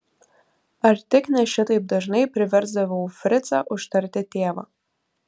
ar tik ne šitaip dažnai priversdavau fricą užtarti tėvą